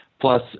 plus